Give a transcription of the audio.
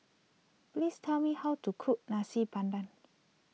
please tell me how to cook Nasi Padang